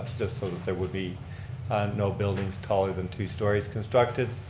just so there would be no buildings taller than two stories constructed.